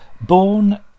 born